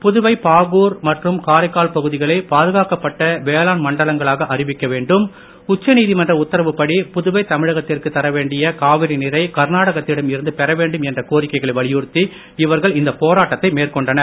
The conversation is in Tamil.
புதுவை பாகூர் மற்றும் காரைக்கால் பகுதிகளை பாதுகாக்கப்பட்ட வேளாண் மண்டலங்களாக அறிவிக்க வேண்டும் உச்சநீதிமன்ற உத்தரவு படி புதுவை தமிழகத்திற்கு தரவேண்டிய காவிரி நீரை கர்நாடகத்திடம் இருந்து பெற வேண்டும் என்ற கோரிக்கைகளை வலியுறுத்தி இவர்கள் இந்த போராட்டத்தை மேற்கொண்டனர்